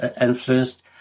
influenced